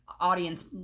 audience